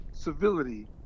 civility